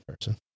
person